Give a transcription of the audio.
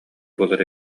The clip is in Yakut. буолар